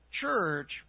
church